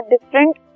different